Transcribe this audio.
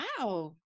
wow